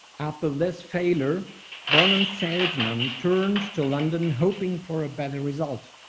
after this failure burnin salesman turned to london, hoping for a better result.